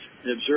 observe